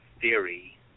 theory